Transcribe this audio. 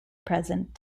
present